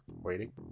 waiting